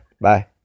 Bye